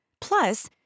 Plus